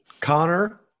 Connor